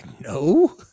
no